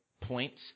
points